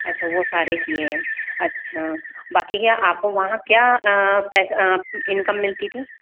अच्छा वह सारे किए हैं अच्छा बाकी के आपको वहाँ क्या पेस इनकम मिलती थी